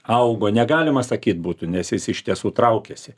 augo negalima sakyt būtų nes jis iš tiesų traukiasi